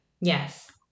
yes